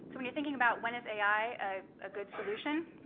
so when you're thinking about, when is ai a ah good solution?